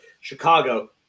Chicago